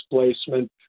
displacement